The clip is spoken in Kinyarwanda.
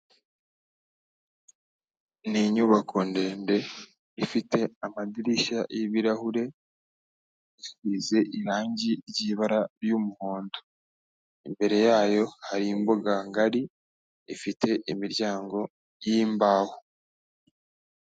Ni inyubako ndende, ifite amadirishya y'ibirahure, isize irangi ry'ibara ry'umuhondo, imbere yayo hari imbuga ngari ifite imiryango y'imbaho.